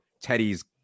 Teddy's